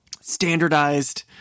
standardized